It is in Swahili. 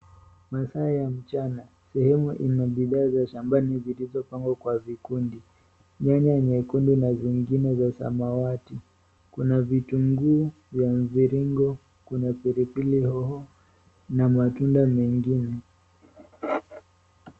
Masaa ya mchana. Sehemu ina mimea za shambani iliyopangwa kwa vikundi. Nyanya nyekundu na zingine za samawati. Kuna vitunguu vya mviringo, kuna pilipili hoho na matunda mengine.